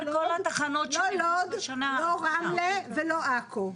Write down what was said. לא לוד, לא רמלה ולא עכו.